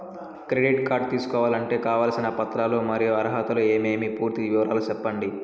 Credit card తీసుకోవాలంటే కావాల్సిన పత్రాలు మరియు అర్హతలు ఏమేమి పూర్తి వివరాలు సెప్పండి?